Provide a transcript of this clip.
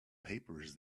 papers